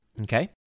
Okay